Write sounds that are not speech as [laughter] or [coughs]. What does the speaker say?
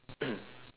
[coughs]